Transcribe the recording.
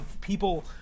People